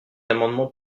amendement